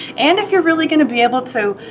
and if you're really gonna be able to,